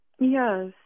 Yes